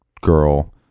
girl